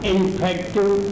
Infective